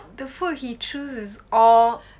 the food he choose is all